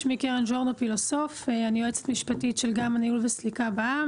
אני יועצת משפטית של גמא ניהול וסליקה בע"מ,